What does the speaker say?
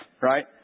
right